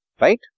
Right